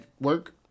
work